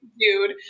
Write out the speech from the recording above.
dude